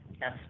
Yes